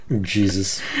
Jesus